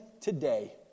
today